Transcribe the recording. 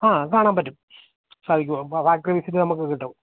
ആ കാണാന് പറ്റും സാധിക്കും ഫാക്ടറി വിസിറ്റ് നമുക്കു കിട്ടും